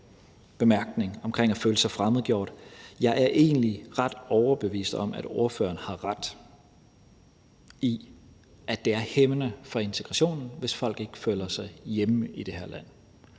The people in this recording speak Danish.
jeg egentlig er ret overbevist om, at ordføreren har ret i, at det er hæmmende for integrationen, hvis folk ikke føler sig hjemme i det her land.